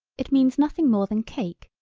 it means nothing more than cake,